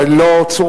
אבל היא לא צורפה.